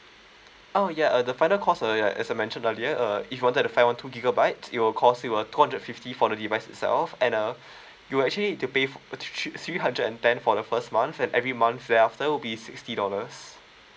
oh ya uh the final cost uh as I mentioned earlier uh if wanted the five one two gigabytes it will cost you a two hundred fifty for the device itself and uh you will actually need to pay for thre~ thre~ three hundred and ten for the first month at every month thereafter will be sixty dollars